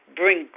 bring